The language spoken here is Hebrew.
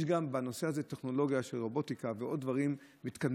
בנושא הזה יש גם טכנולוגיה של רובוטיקה ועוד דברים מתקדמים.